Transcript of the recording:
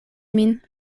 min